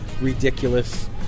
ridiculous